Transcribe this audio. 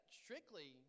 strictly